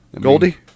Goldie